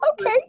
Okay